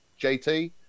JT